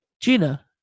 Gina